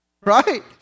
right